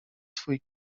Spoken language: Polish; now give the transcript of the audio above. swój